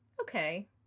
okay